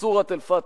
בסורת אל-פאתחה,